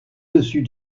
dessus